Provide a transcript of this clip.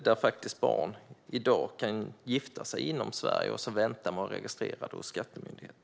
Barn kan i dag gifta sig inom Sverige och vänta med att registrera det hos skattemyndigheten.